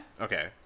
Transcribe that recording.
Okay